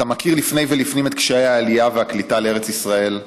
אתה מכיר לפני ולפנים את קשיי העלייה והקליטה בארץ ישראל,